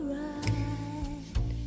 right